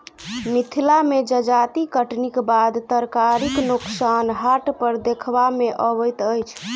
मिथिला मे जजाति कटनीक बाद तरकारीक नोकसान हाट पर देखबा मे अबैत अछि